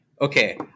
Okay